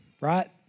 right